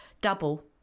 double